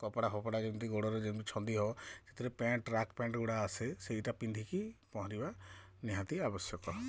କପଡ଼ାଫପଡ଼ା ଯେମିତି ଗୋଡ଼ରେ ଯେମତି ଛନ୍ଦୀ ହବ ସେଥିରେ ପ୍ୟାଣ୍ଟ ଟ୍ରାକ୍ ପ୍ୟାଣ୍ଟ ଗୁଡ଼ା ଆସେ ସେଇଟା ପିନ୍ଧିକି ପହଁରିବା ନିହାତି ଆବଶ୍ୟକ